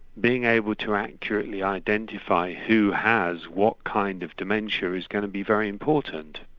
being able to accurately identify who has what kind of dementia is going to be very important.